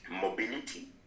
mobility